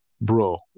Bro